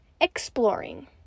exploring